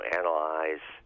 analyze